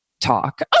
talk